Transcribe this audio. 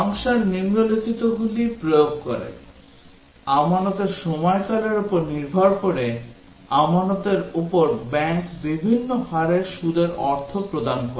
function নিম্নলিখিতগুলি প্রয়োগ করে আমানতের সময়কালের উপর নির্ভর করে আমানতের উপর ব্যাংক বিভিন্ন হারের সুদের অর্থ প্রদান করে